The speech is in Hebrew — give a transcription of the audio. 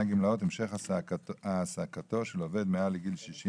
(גמלאות) (המשך העסקתו של עובד מעל לגיל 67)